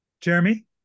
Jeremy